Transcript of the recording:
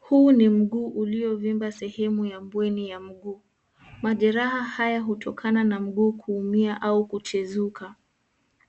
Huu ni mguu uliovimba sehemu ya mbweni ya mguu. Majeraha haya hutokana na mguu kuumia au kuchezuka.